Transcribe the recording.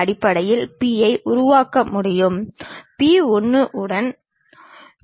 கிடைமட்ட தளம் செங்குத்து தளம் பக்கவாட்டு தளம் போன்றவற்றை குறிப்பதற்கு சில நிலையான வழிமுறைகள் உள்ளன